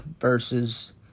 versus